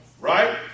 Right